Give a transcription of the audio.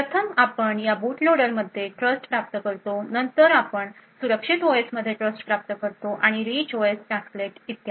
प्रथम आपण boot loader मध्ये ट्रस्ट प्राप्त करतो नंतर आपण सुरक्षित ओएस मध्ये ट्रस्ट प्राप्त करतो आणि रिच ओएस टास्कलेट इत्यादी